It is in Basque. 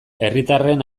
herritarren